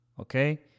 Okay